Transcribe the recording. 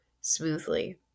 smoothly